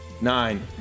Nine